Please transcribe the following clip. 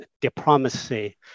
diplomacy